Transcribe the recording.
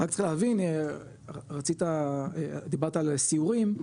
רק צריך להבין רצית דיברת על סיורים,